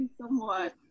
somewhat